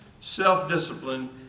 self-discipline